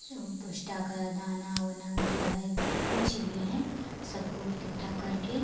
जो पोस्ता का दाना ओना जो है कुछ भी हैं सबको इकट्ठा करके